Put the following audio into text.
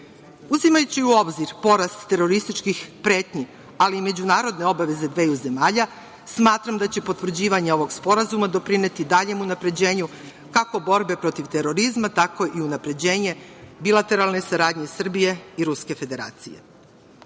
u obzir porast terorističkih pretnji, ali i međunarodne obaveze dveju zemalja, smatram da će potvrđivanje ovog sporazuma doprineti daljem unapređenju, kako borbe protiv terorizma, tako i unapređenje bilateralne saradnje Srbije i Ruske Federacije. Mi